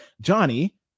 Johnny